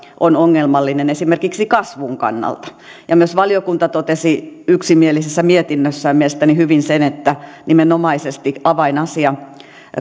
on ongelmallista esimerkiksi kasvun kannalta ja myös valiokunta totesi yksimielisessä mietinnössään mielestäni hyvin sen että nimenomaisesti avainasia